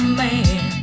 man